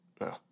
No